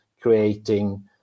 creating